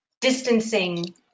distancing